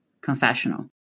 confessional